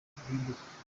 guhinduka